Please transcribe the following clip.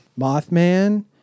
Mothman